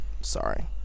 Sorry